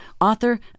author